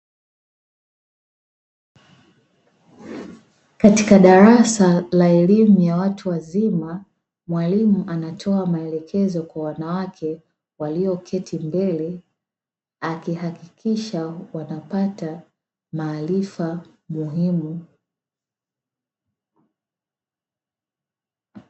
Katika darasa ya elimu ya watu wazima, mwalimu anatoa maelekezo kwa wanawake walioketi mbele. Akihakikisha wanapata maarifa muhimu.